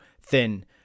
thin